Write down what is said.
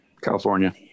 California